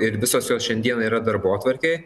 ir visos jos šiandieną yra darbotvarkėj